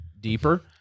deeper